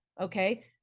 Okay